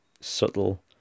subtle